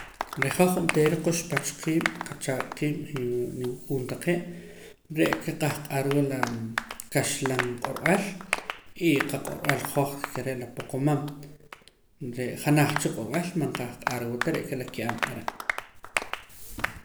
Reh hoj onteera quxpach qiib' qachaaq' qiib' y niwuk'uun taqee' re'ka qahq'arwa la kaxlan q'orb'al y qaq'orb'al hoj ke re' la poqomam ree' janaj cha q'orb'al man qahq'arwuta re'ka la ke'ab' are'